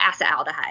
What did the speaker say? acetaldehyde